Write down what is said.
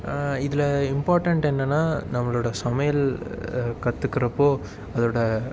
இதில் இம்பார்டண்ட் என்னென்னால் நம்மளுடைய சமையல் கற்றுகிறப்போ அதோடய